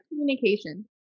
communication